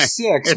six